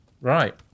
Right